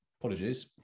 apologies